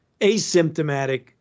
asymptomatic